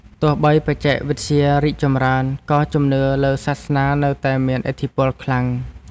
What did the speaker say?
ទោះបីបច្ចេកវិទ្យារីកចម្រើន ក៏ជំនឿលើសាសនានៅតែមានឥទ្ធិពលខ្លាំង។